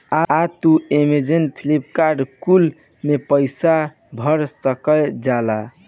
अब तू Amazon, Flipkart कुल पे पईसा भर सकल जाला